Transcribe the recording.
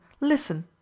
listen